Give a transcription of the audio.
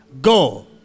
Go